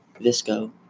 visco